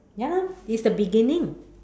ya lah it's the beginning